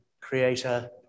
Creator